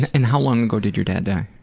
and how long ago did your dad die?